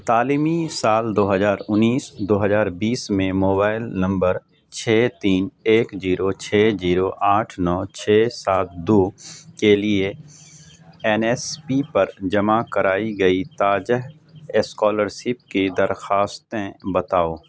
تعلیمی سال دو ہزار انیس دو ہزار بیس میں موائل نمبر چھ تین ایک جیرو چھ جیرو آٹھ نو چھ سات دو کے لیے این ایس پی پر جمع کرائی گئی تازہ اسکالرسپ کی درخواستیں بتاؤ